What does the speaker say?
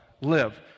live